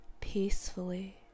peacefully